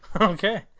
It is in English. Okay